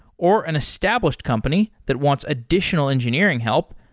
or an established company that wants additional engineering help,